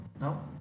No